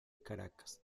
caracas